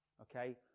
Okay